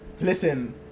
Listen